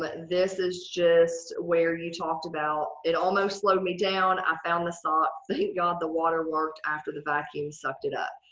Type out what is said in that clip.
but this is just where you talked about. it almost slowed me down. i found this thought, thank god the water worked after the vacuum sucked it up.